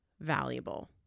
valuable